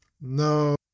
No